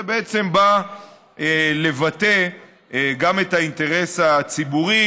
זה בעצם בא לבטא גם את האינטרס הציבורי,